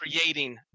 creating